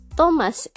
Thomas